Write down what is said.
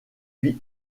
vit